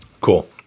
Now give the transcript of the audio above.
Cool